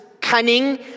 cunning